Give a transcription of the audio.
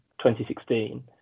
2016